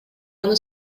аны